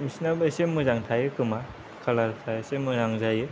बिसोरनाबो इसे मोजां थायोखोमा कालार फ्रा इसे मोजां जायो